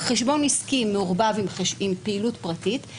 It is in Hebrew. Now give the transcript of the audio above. חשבון עסקי מעורבב עם פעילות פרטית,